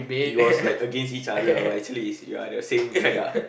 it was like against each other but actually is ya the same track ya